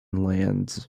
lands